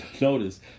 notice